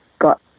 got